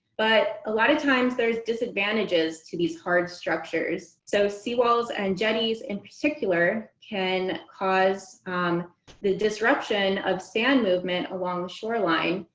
but a lot of times there is disadvantages to these hard structures. so sea walls and jetties in particular can cause the disruption of sand movement along the shoreline,